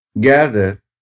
gather